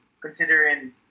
considering